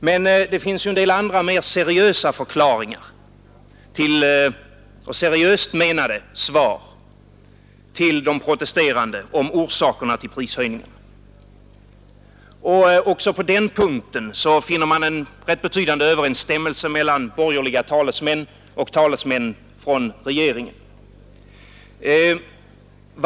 Men det finns en del andra, mer seriösa förklaringar och seriöst menade svar till de protesterande om orsakerna till prishöjningarna. Också på den punkten finner man en rätt betydande överensstämmelse mellan borgerliga talesmän och talesmän för regeringen.